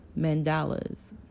mandalas